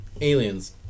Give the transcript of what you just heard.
Aliens